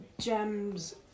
gems